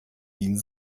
wien